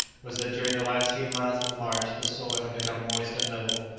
was that during the last few miles of the march the soil had become moist and level,